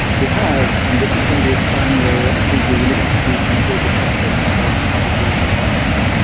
we have and this is going to be a time where i think you're really going to see people differentiate themselves and how they deal with the crisis.